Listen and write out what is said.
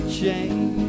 change